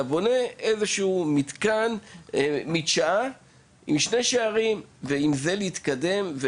אלא מקים מדשאה עם שני שערים ומשם אפשר יהיה להתקדם,